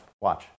watch